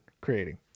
creating